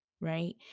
right